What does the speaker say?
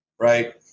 right